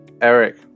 Eric